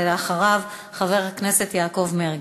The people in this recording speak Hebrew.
אחריו, חבר הכנסת יעקב מרגי.